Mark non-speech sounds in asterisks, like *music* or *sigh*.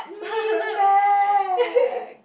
*laughs*